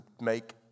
make